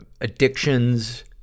addictions